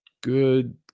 good